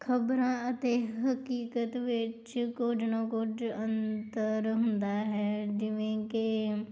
ਖ਼ਬਰਾਂ ਅਤੇ ਹਕੀਕਤ ਵਿੱਚ ਕੁਝ ਨਾ ਕੁਝ ਅੰਤਰ ਹੁੰਦਾ ਹੈ ਜਿਵੇਂ ਕਿ